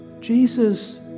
Jesus